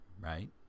right